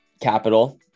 capital